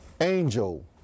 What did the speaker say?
Angel